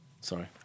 Sorry